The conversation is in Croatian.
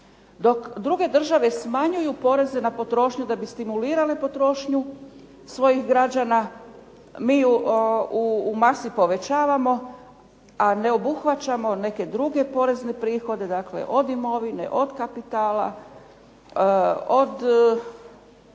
Dok druge države smanjuju poreze na potrošnju da bi stimulirale potrošnju svojih građana, mi u masi povećavamo a ne obuhvaćamo neke druge porezne prihode, dakle od imovine, od kapitala, od